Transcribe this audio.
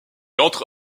entre